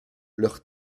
leur